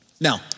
Now